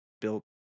built